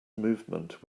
movement